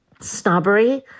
Snobbery